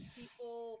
people